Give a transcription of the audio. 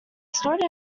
stood